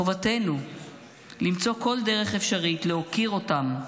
חובתנו למצוא כל דרך אפשרית להוקיר אותם,